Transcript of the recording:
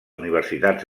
universitats